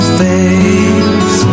face